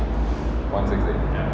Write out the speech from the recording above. one six eight